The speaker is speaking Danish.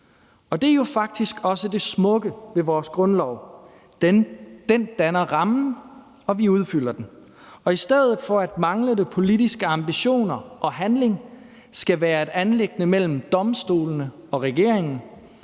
nu. Det er jo faktisk også det smukke ved vores grundlov – den danner rammen, og vi udfylder den. Og i stedet for at manglende politiske ambitioner og handling skal være et anliggende mellem domstolene og regeringen,